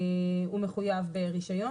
הוא מחויב ברישיון.